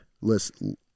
listen